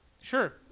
Sure